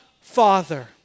Father